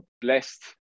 blessed